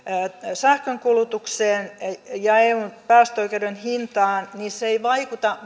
sähkön kulutukseen ja eun päästöoikeuden hintaan niin se ei vaikuta